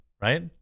right